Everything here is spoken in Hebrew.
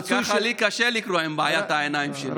אבל ככה לי קשה לקרוא, עם בעיית העיניים שלי.